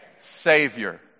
Savior